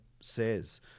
says